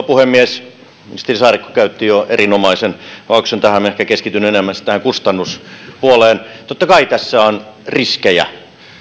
puhemies ministeri saarikko käytti jo erinomaisen avauksen tähän minä ehkä keskityn enemmän sitten kustannuspuoleen totta kai tässä on riskejä